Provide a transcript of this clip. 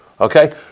okay